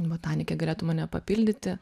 botanikė galėtų mane papildyti